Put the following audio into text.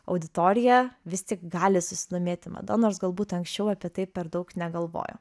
auditorija vis tik gali susidomėti mada nors galbūt anksčiau apie tai per daug negalvojo